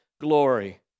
glory